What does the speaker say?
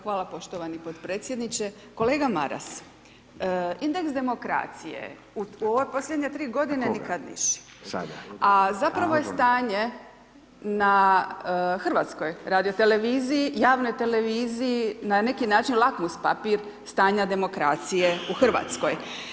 Hvala poštovani potpredsjedniče, kolega Maras, indeks demokracije u ove posljednje 3 godine, nikada više, a zapravo je stanje na HRT javnoj televiziji, na neki način lakus papir stanja demokracije u Hrvatskoj.